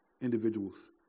individuals